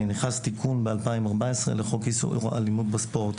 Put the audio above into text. נכנס תיקון ב-2014 לחוק איסור אלימות בספורט.